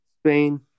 Spain